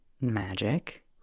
Magic